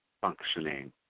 functioning